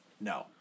No